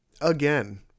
again